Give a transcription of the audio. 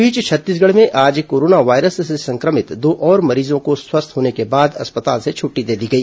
इस बीच छत्तीसगढ़ में आज कोरोना वायरस से संक्रमित दो और मरीजों को स्वस्थ होने के बाद अस्पताल से छटटी दे दी गई